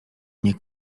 nie